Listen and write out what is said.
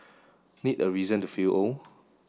need a reason to feel old